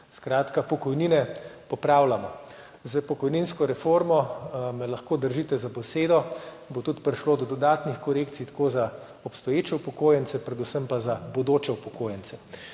Skratka, pokojnine popravljamo. S pokojninsko reformo, me lahko držite za besedo, bo tudi prišlo do dodatnih korekcij za obstoječe upokojence, predvsem pa za bodoče upokojence.